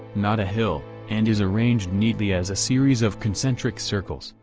not a hill, and is arranged neatly as a series of concentric circles,